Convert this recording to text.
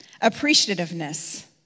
Appreciativeness